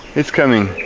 it's coming